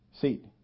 seat